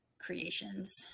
creations